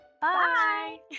Bye